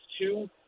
two